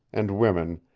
and women,